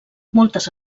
moltes